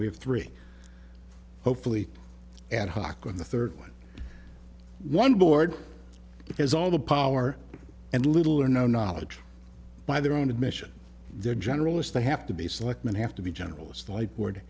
we have three hopefully ad hoc on the third one one board because all the power and little or no knowledge by their own admission they're generalists they have to be selectman have to be generals like board